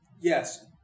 Yes